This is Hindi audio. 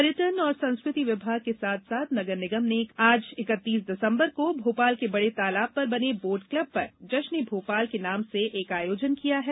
पर्यटन और संस्कृति विभाग के साथ साथ नगर निगम ने आज भोपाल के बड़े तालाब पर बने बोट क्लब पर जश्न ए भोपाल के नाम से एक आयोजन किया है